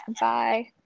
Bye